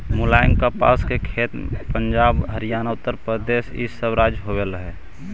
मुलायम कपास के खेत पंजाब, हरियाणा, उत्तरप्रदेश इ सब राज्य में होवे हई